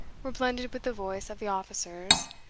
were blended with the voice of the officers,